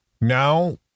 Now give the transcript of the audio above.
Now